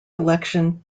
election